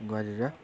गरेर